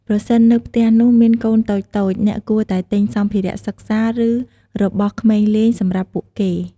ប្រសិននៅផ្ទះនោះមានកូនតូចៗអ្នកគួរតែទិញសម្ភារៈសិក្សា ឬរបស់ក្មេងលេងសម្រាប់ពួកគេ។